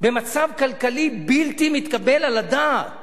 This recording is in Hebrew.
במצב כלכלי בלתי מתקבל על הדעת